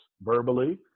verbally